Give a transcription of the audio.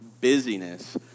Busyness